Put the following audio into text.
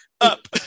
up